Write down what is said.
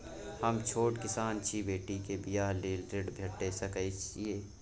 हम छोट किसान छी, बेटी के बियाह लेल ऋण भेट सकै ये?